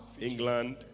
england